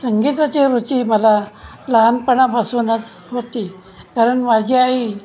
संगीताची रुची मला लहानपणापासूनच होती कारण माझी आई